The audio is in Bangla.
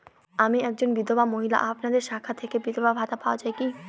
আমি একজন বিধবা মহিলা আপনাদের শাখা থেকে বিধবা ভাতা পাওয়া যায় কি?